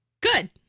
Good